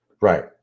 right